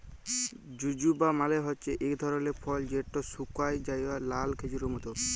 জুজুবা মালে হছে ইক ধরলের ফল যেট শুকাঁয় যাউয়া লাল খেজুরের মত